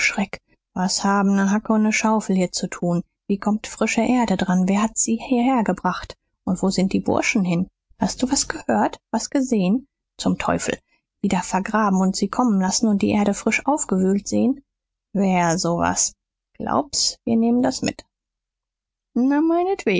was haben ne hacke und ne schaufel hier zu tun wie kommt frische erde dran wer hat sie hier gebraucht und wo sind die burschen hin hast du was gehört was gesehn zum teufel wieder vergraben und sie kommen lassen und die erde frisch aufgewühlt sehen wär so was glaub's wir nehmen das mit na meinetwegen